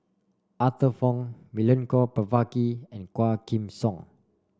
Arthur Fong Milenko Prvacki and Quah Kim Song